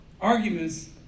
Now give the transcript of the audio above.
arguments